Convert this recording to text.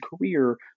career